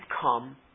come